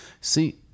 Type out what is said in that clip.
See